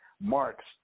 marks